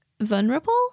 vulnerable